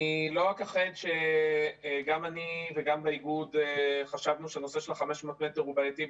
לא אכחד שגם אני וגם האיגוד חשבנו שנושא של 500 מטר הוא בעייתי,